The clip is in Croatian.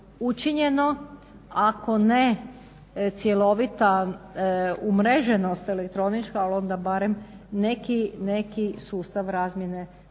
Ako ne cjelovita umreženost elektronička, ali onda barem neki sustav razmjene podataka